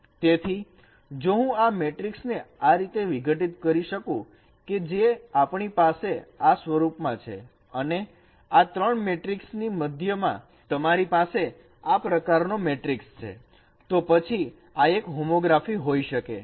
તેથી જો હું આ મેટ્રિક્સ ને આ રીતે આ વિઘટિત કરી શકું કે જે આપણી પાસે આ સ્વરૂપમાં છે અને આ ત્રણ મેટ્રિકસની મધ્ય માં તમારી પાસે આ પ્રકારનો મેટ્રિકસ છે તો પછી આ એક હોમોગ્રાફી હોઈ શકે